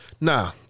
nah